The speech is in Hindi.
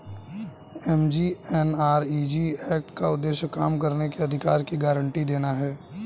एम.जी.एन.आर.इ.जी एक्ट का उद्देश्य काम करने के अधिकार की गारंटी देना है